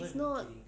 is not